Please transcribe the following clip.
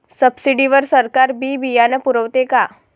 Subsidy वर सरकार बी बियानं पुरवते का?